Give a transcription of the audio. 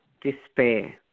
despair